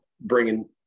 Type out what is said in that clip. bringing